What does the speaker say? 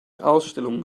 ausstellungen